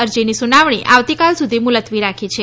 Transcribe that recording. અરજીની સુનાવણી આવતીકાલ સુધી મુલતવી રાખી છે